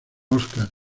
óscar